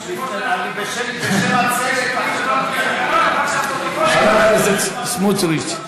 בשם הצדק, חבר הכנסת סמוטריץ,